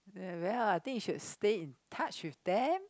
very well I think you should stay in touch with them